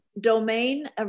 domain